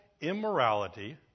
immorality